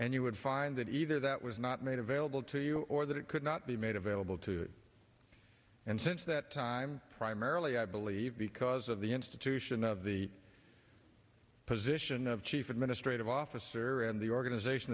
and you would find that either that was not made available to you or that it could not be made available to and since that time primarily i believe because of the institution of the position of chief administrative officer and the organization